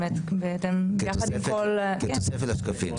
יחד עם כל --- כתוספת לשקפים.